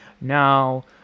Now